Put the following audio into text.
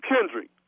Kendrick